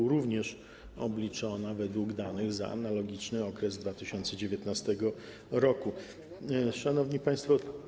To również obliczono według danych za analogiczny okres w 2019 r. Szanowni Państwo!